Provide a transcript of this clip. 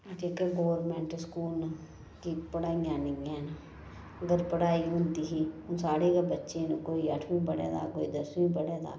जेकर government school न केह् पढ़ाइयां नेईं हैन अगर पढ़ाई होंदी ही हून साढ़े गै बच्चे न कोई अट्ठमीं पढ़े दा कोई दसमीं पढ़े दा